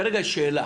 כרגע יש שאלה